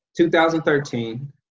2013